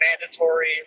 mandatory